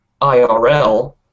IRL